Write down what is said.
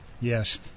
Yes